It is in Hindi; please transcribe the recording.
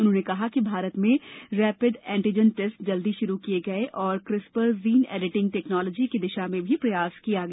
उन्होंने कहा कि भारत में रैपिड एंटीजन टेस्ट जल्दी शुरू किया गया और क्रिसपर जीन एडिटिंग टेक्नोलॉजी की दिशा में भी प्रयास किया गया